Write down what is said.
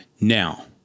Now